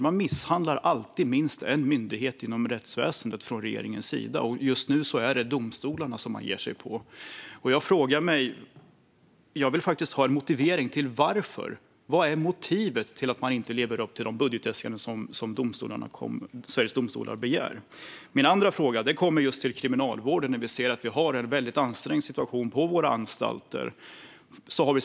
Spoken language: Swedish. Man misshandlar alltid minst en myndighet inom rättsväsendet från regeringens sida, och just nu är det domstolarna som man ger sig på. Jag vill faktiskt ha en motivering till detta. Vad är motivet till att man inte lever upp till de budgetäskanden som Sveriges Domstolar har gjort? Min andra fråga handlar om kriminalvården. Vi ser att vi har en mycket ansträngd situation på våra anstalter.